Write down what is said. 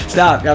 Stop